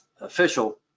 official